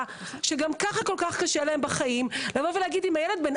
שגם כך כל כך קשה להם בחיים אם הילד בין